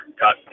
got